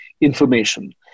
information